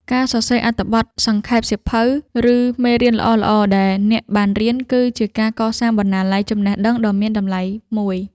ការសរសេរអត្ថបទសង្ខេបសៀវភៅ ឬមេរៀនល្អៗដែលអ្នកបានរៀន គឺជាការកសាងបណ្ណាល័យចំណេះដឹងដ៏មានតម្លៃមួយ។